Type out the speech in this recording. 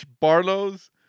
barlow's